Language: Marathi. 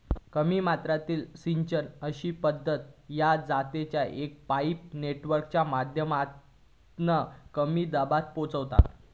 कमी मात्रेतला सिंचन अशी पद्धत हा जेच्यात एक पाईप नेटवर्कच्या माध्यमातना कमी दबावात पोचता